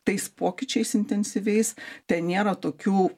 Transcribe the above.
tais pokyčiais intensyviais ten nėra tokių